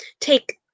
take